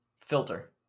Filter